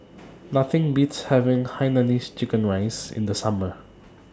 Nothing Beats having Hainanese Chicken Rice in The Summer